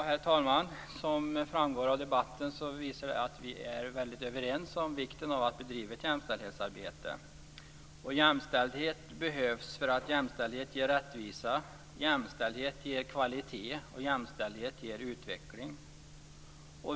Herr talman! Som framgår av debatten är vi överens om vikten av att bedriva ett jämställdhetsarbete. Jämställdhet behövs eftersom det ger rättvisa, kvalitet och utveckling.